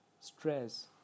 stress